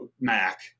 Mac